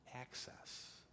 access